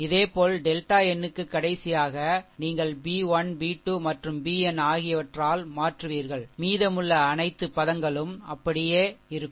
இதேபோல் delta n க்கு கடைசியாக கடைசியாக நீங்கள் பி 1 பி 2 மற்றும் பிஎன் ஆகியவற்றால் மாற்றுவீர்கள் மீதமுள்ள அனைத்து பதம்களும் அப்படியே இருக்கும்